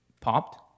popped